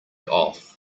off